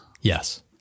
Yes